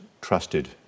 trusted